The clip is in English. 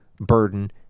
burden